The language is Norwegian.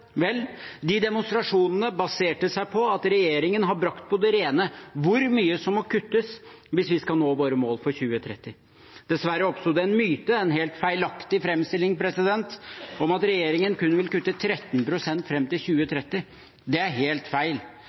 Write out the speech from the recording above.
Vel, de demonstrasjonene baserte seg på at regjeringen har brakt på det rene hvor mye som må kuttes hvis vi skal nå våre mål for 2030. Dessverre oppsto det en myte, en helt feilaktig framstilling, om at regjeringen kun vil kutte 13 pst. fram til 2030. Det er helt feil.